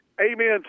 Amen